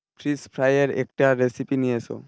ফিস ফ্রাইয়ের একটা রেসিপি নিয়ে এস